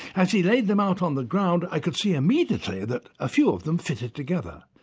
as he laid them out on the ground i could see immediately that a few of them fitted together.